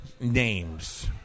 Names